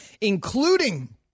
including